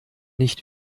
nicht